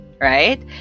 right